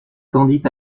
tendit